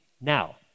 now